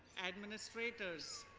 administrators.